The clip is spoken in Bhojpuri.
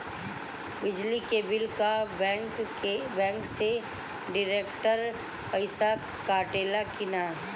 बिजली के बिल का बैंक से डिरेक्ट पइसा कटेला की नाहीं?